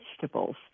vegetables